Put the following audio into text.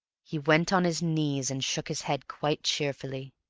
he went on his knees and shook his head quite cheerfully.